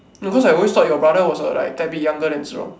no cause I always thought your brother was a like tad bit younger than Zhi-Rong